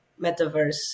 metaverse